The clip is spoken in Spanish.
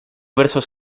versos